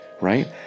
right